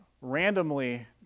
randomly